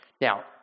Now